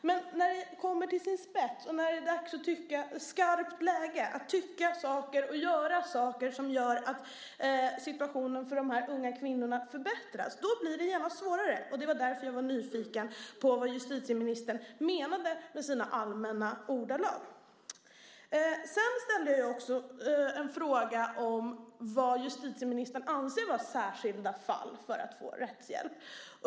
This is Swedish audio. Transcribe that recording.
Men när det dras till sin spets, och när det är dags att i skarpt läge tycka saker och göra saker som gör att situationen för de här unga kvinnorna förbättras, då blir det genast svårare, och det var därför jag var nyfiken på vad justitieministern menade med sina allmänna ordalag. Jag ställde också en fråga om vad justitieministern anser vara särskilda fall för att få rättshjälp.